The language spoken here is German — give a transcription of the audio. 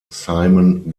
simon